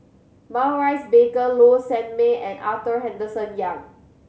Maurice Baker Low Sanmay and Arthur Henderson Young